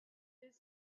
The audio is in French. les